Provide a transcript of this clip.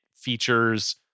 features